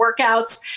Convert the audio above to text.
workouts